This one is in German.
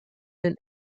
den